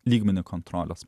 lygmenį kontrolės